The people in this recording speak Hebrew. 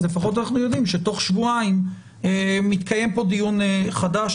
לפחות אנחנו יודעים שתוך שבועיים מתקיים כאן דיון חדש.